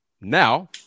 now